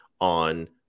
on